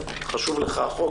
חשוב לך החוק,